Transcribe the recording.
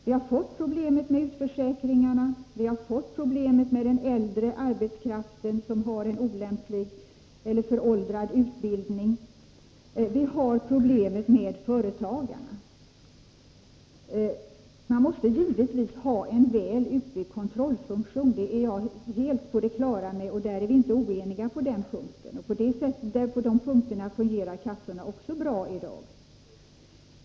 Vi har fått problemet med utförsäkringarna, problemet med den äldre arbetskraften, som har föråldrad utbildning, och problemet med företagarna. Man måste givetvis ha en väl utbyggd kontrollfunktion — det är jag helt på det klara med. På den punkten är vi alltså inte oense. I det avseendet fungerar kassorna bra i dag.